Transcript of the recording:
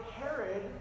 Herod